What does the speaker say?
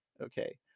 Okay